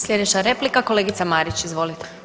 Sljedeća replika kolegica Marić, izvolite.